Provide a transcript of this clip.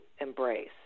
embrace